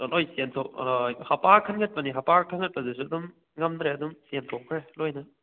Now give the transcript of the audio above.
ꯂꯣꯏ ꯆꯦꯟꯊꯣꯛ ꯍꯥꯄꯥ ꯈꯟꯒꯠꯄꯅꯤ ꯍꯥꯄꯥ ꯈꯟꯒꯠꯄꯗꯨꯁꯨ ꯑꯗꯨꯝ ꯉꯝꯗ꯭ꯔꯦ ꯑꯗꯨꯝ ꯆꯦꯟꯊꯣꯛꯈ꯭ꯔꯦ ꯂꯣꯏꯅ